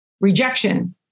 Rejection